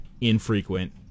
infrequent